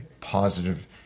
positive